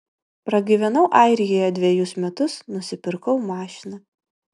pragyvenau airijoje dvejus metus nusipirkau mašiną